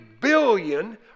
billion